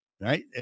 Right